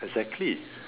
exactly